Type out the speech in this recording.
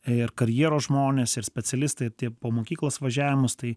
ir karjeros žmonės ir specialistai tiek po mokyklos važiavimus tai